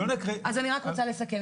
אבל לא נתחיל --- אז אני רק רוצה לסכם,